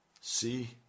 See